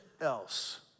else